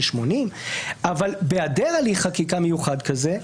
של 80. בהיעדר הליך חקיקה מיוחד כזה,